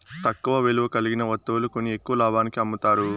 తక్కువ విలువ కలిగిన వత్తువులు కొని ఎక్కువ లాభానికి అమ్ముతారు